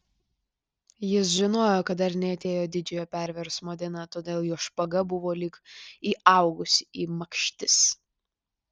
jis žinojo kad dar neatėjo didžiojo perversmo diena todėl jo špaga buvo lyg įaugusi į makštis